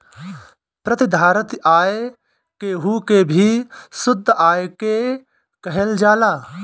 प्रतिधारित आय केहू के भी शुद्ध आय के कहल जाला